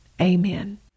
amen